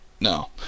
No